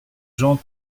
jean